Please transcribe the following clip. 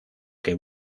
que